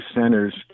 centers